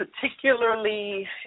particularly